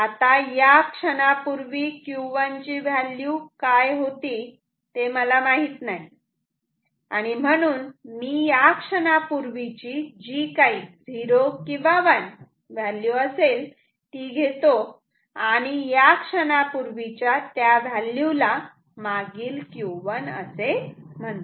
आता या क्षणापूर्वी Q1 ची व्हॅल्यू काय होते ते मला माहित नाही आणि म्हणून मी या क्षणापूर्वी ची जी काही झिरो किंवा वन व्हॅल्यू असेल ती घेतो आणि या क्षणापूर्वी च्या त्या व्हॅल्यू ला मागील Q1 असे म्हणतो